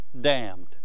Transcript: damned